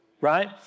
right